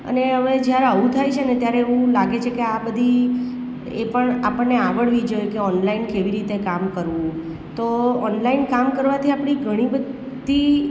અને હવે જ્યારે આવું થાય છે ને ત્યારે એવું લાગે છે કે આ બધી એ પણ આપણને આવડવી જોઈએ ઓનલાઇન કેવી રીતે કામ કરવું તો ઓનલાઇન કામ કરવાથી આપણી ઘણી બધી